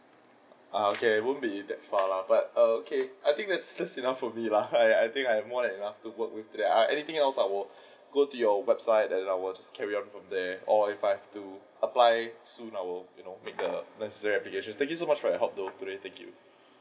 err okay won't be that far lah but okay I think that's that's enough for me lah I I think I have more than enough to work with today an~ anything else I will go to your website and I will carry on from there or if I have to apply soon you know I make the necessary application thank you very much for your help though thank you